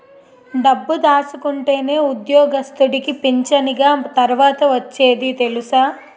డబ్బు దాసుకుంటేనే ఉద్యోగస్తుడికి పింఛనిగ తర్వాత ఒచ్చేది తెలుసా